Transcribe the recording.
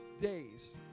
days